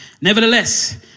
Nevertheless